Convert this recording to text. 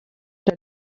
der